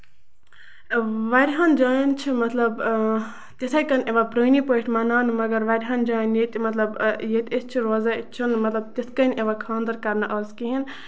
واریاہَن جاٮ۪ن چھُ مطلب تِتھٕے کٔنۍ یِوان پرٲنی پٲٹھۍ یِوان مَناونہٕ مَگر واریاہَن جاین ییٚتہِ مطلب ییٚتہِ أسۍ چھِ روزان ییٚتہِ چھُنہٕ مطلب تِتھۍ کٔنۍ یِوان آز خاندر کرنہٕ کِہیٖنۍ نہٕ